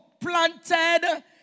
planted